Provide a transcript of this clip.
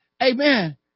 Amen